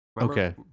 Okay